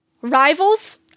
Rivals